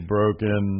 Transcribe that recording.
Broken